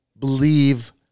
believe